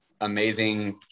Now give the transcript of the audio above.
amazing